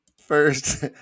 First